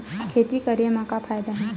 खेती करे म का फ़ायदा हे?